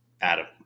Adam